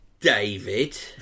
David